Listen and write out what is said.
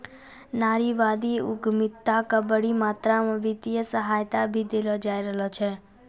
नारीवादी उद्यमिता क बड़ी मात्रा म वित्तीय सहायता भी देलो जा रहलो छै